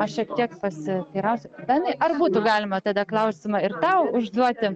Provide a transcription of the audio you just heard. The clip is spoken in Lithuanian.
aš šiek tiek pasiteirausiu benai ar būtų galima tada klausimą ir tau užduoti